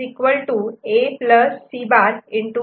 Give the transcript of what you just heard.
D B